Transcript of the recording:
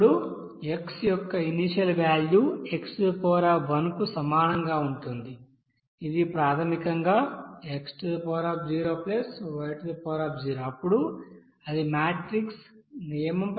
అప్పుడు x యొక్క initial value x కు సమానంగా ఉంటుంది ఇది ప్రాథమికంగా xy అప్పుడు అది మాట్రిక్ నియమం ప్రకారం 0